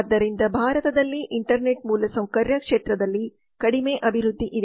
ಆದ್ದರಿಂದ ಭಾರತದಲ್ಲಿ ಇಂಟರ್ನೆಟ್ ಮೂಲಸೌಕರ್ಯ ಕ್ಷೇತ್ರದಲ್ಲಿ ಕಡಿಮೆ ಅಭಿವೃದ್ಧಿ ಇದೆ